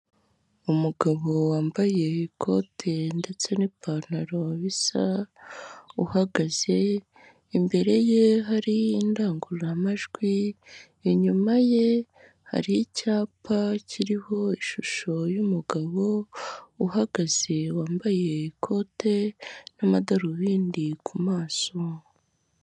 Umugabo wambaye ikote ndetse n'ipantaro bisa uhagaze, imbere ye hari indangururamajwi, inyuma ye hari icyapa kiriho ishusho y'umugabo uhagaze wambaye ikote n'amadarubindi ku maso.